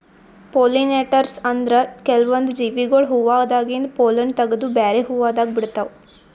pollinators ಅಂದ್ರ ಕೆಲ್ವನ್ದ್ ಜೀವಿಗೊಳ್ ಹೂವಾದಾಗಿಂದ್ ಪೊಲ್ಲನ್ ತಗದು ಬ್ಯಾರೆ ಹೂವಾದಾಗ ಬಿಡ್ತಾವ್